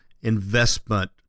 investment